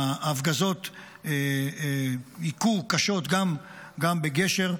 ההפגזות היכו קשות גם בגשר,